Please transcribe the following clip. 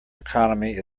economy